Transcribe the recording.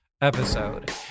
episode